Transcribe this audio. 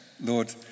Lord